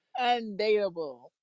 Undateable